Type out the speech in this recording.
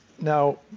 Now